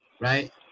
Right